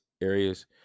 areas